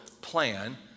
plan